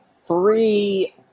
three